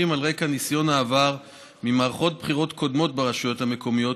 על רקע ניסיון העבר ממערכות בחירות קודמות ברשויות המקומיות,